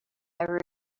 never